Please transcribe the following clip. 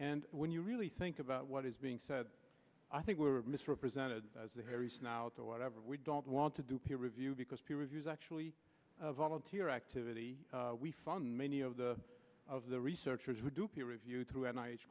and when you really think about what is being said i think we're misrepresented as the harry snout or whatever we don't want to do peer review because peer review is actually a volunteer activity we fund many of the of the researchers who do peer review through a ni